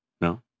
No